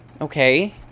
Okay